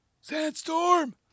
Sandstorm